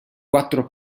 quattro